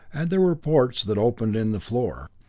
and there were ports that opened in the floor.